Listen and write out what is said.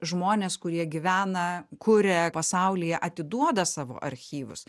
žmonės kurie gyvena kuria pasaulyje atiduoda savo archyvus